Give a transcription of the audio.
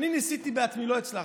ניסיתי בעצמי, לא הצלחתי.